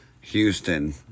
Houston